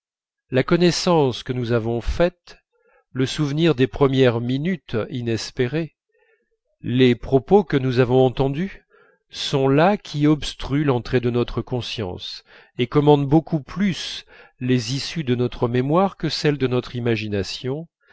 la connaissance que nous avons faite le souvenir des premières minutes inespérées les propos que nous avons entendus sont là qui obstruent l'entrée de notre conscience et commandent beaucoup plus les issues de notre mémoire que celles de notre imagination